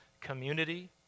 community